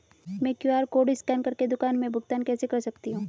मैं QR code scan कर के दुकान में भुगतान कैसे कर सकती हूँ?